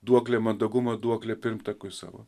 duoklė mandagumo duoklė pirmtakui savo